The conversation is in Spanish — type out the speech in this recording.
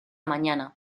mañana